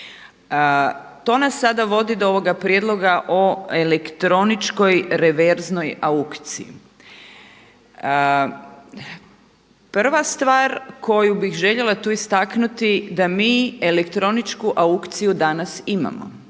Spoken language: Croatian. To nas sada vodi do ovoga prijedloga o elektroničkoj reverznoj aukciji. Prva stvar koju bih željela tu istaknuti da mi elektroničku aukciju danas imamo,